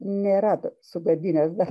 nėra tu sugadinęs dar